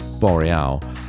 Boreal